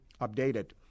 updated